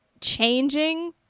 changing